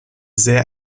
sehr